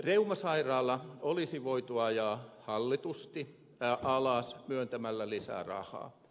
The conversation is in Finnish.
reumasairaala olisi voitu ajaa hallitusti alas myöntämällä lisää rahaa